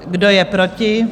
Kdo je proti?